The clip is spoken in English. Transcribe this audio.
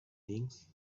things